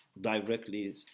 directly